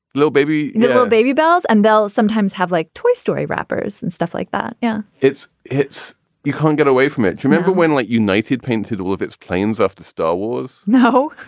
little baby baby bells. and they'll sometimes have like toy story wrappers and stuff like that. yeah it's it's you can't get away from it. remember when like united painted all of its planes after star wars? no.